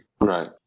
right